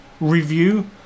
review